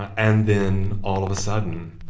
and then, all of a sudden,